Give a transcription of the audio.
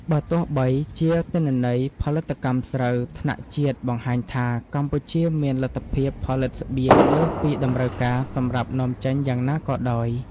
បើទោះបីជាទិន្នន័យផលិតកម្មស្រូវថ្នាក់ជាតិបង្ហាញថា កម្ពុជាមានលទ្ធភាពផលិតស្បៀងលើសពីតម្រូវការសម្រាប់នាំចេញយ៉ាងណាក៏ដោយ។